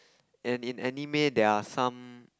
and in anime there are some